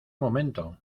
momento